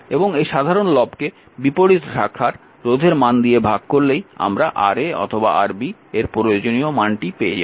এবং এই সাধারণ লবকে বিপরীত শাখার রোধের মান দিয়ে ভাগ করলেই আমরা Ra অথবা Rb এর প্রয়োজনীয় মানটি পেয়ে যাব